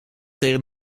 tegen